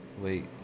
Wait